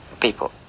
people